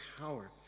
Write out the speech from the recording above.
power